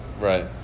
Right